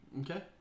Okay